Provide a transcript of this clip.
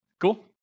Cool